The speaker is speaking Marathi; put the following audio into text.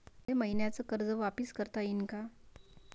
मले मईन्याचं कर्ज वापिस करता येईन का?